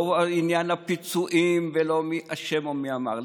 לא עניין הפיצויים ולא מי אשם או מי אמר.